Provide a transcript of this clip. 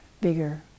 bigger